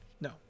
No